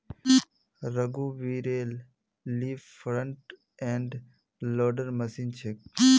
रघुवीरेल ली front end loader machine छेक